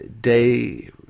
day